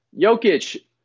Jokic